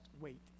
wait